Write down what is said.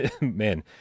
Man